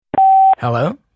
Hello